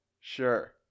sure